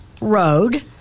Road